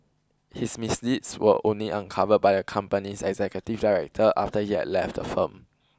his misdeeds were only uncovered by the company's executive director after he had left the firm